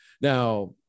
Now